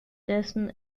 dessen